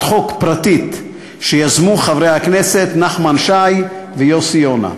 חוק פרטית שיזמו חברי הכנסת נחמן שי ויוסי יונה.